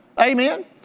Amen